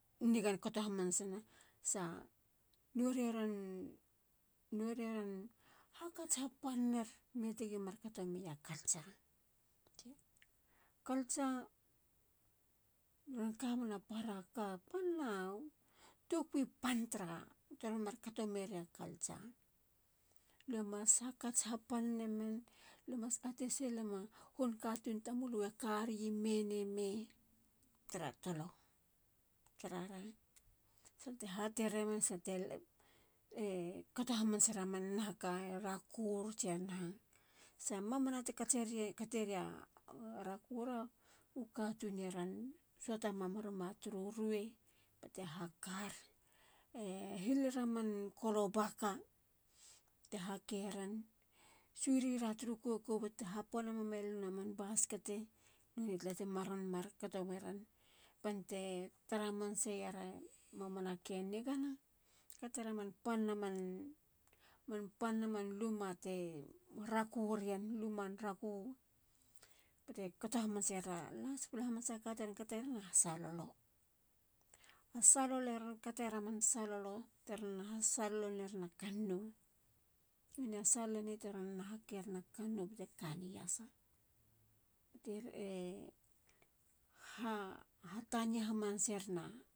Nigan kato hamanasana. sa norie ron. norieron hakats hapan ner metigimar kato meya culture. culture ron kamena para ka. pana tokui pan tara. teron markato mera culture. lue mas hakats ha pan nemen. lue mas atesilema hunkatun tamulu e karime. neme. tara tala. tara rigth. salte hateremen. salte e kato hamasera aman nahaka. e rakur. tsia naha. sa i mamina te katseria. kateria a rakura. u katun e ron suata mamruma turu rue. bate hakar. e hilera man kolobaka te hakeren. surira turu koko bate haponeruma man baskete. nonei tala temar ron mar kato weren. bante tara hamanaseyera laspla hamanasa ka teron hasalolo nerena kannou. noneya saloleni teron na hakere na kannou bate kana i yasa. e ha tania hamanaseren.